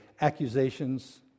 Accusations